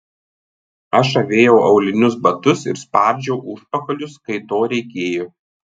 aš avėjau aulinius batus ir spardžiau užpakalius kai to reikėjo